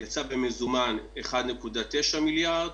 יצא במזומן 1.9 מיליארד.